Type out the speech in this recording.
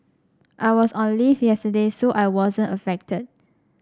I was on leave yesterday so I wasn't affected